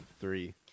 Three